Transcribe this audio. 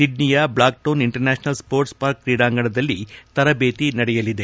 ಸಿಡ್ಡಿಯ Blacktown international sports park ಕ್ರೀಡಾಂಗಣದಲ್ಲಿ ತರಬೇತಿ ನಡೆಯಲಿದೆ